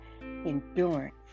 endurance